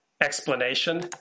explanation